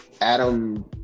Adam